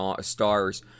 stars